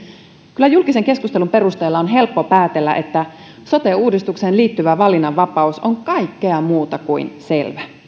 kyllä julkisen keskustelun perusteella on helppo päätellä että sote uudistukseen liittyvä valinnanvapaus on kaikkea muuta kuin selvä